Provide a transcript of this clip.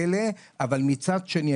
אבל מצד שני,